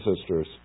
sisters